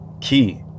key